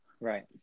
Right